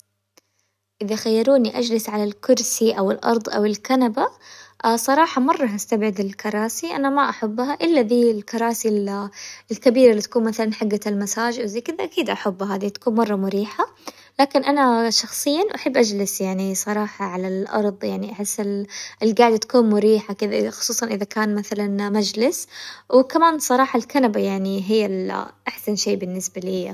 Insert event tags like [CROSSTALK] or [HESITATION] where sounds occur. إذا خيروني أجلس على الكرسي أو الأرض أو الكنبة [HESITATION] صراحة مرة حستبعد الكراسي أنا ما أحبها إلا ذي الكراسي ال- [HESITATION] الكبيرة اللي تكون مثلاً حقة المساج أو زي كذا أكيد أحبها هذي تكون مرة مريحة، لكن أنا شخصياً أحب أجلس يعني صراحة على الأرض، أحس ال- القعدة تكون مريحة كذا وخصوصاً إذا كان مثلاً مجلس، وكمان صراحة الكنبة يعني هي ال- أحسن شي بالنسبة ليا.